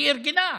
היא מיגרה.